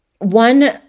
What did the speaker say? One